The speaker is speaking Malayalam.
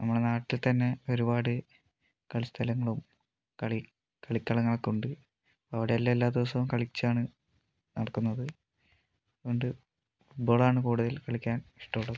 നമ്മളുടെ നാട്ടിൽ തന്നെ ഒരുപാട് കളിസ്ഥലങ്ങളും കളി കളികളങ്ങളും ഒക്കെ ഉണ്ട് അവിടെ എല്ലാം എല്ലാദിവസവും കളിച്ചാണ് നടക്കുന്നത് അത്കൊണ്ട് ഫുഡ് ബോളാണ് കൂടുതൽ കളിക്കാൻ ഇഷ്ടമുള്ളത്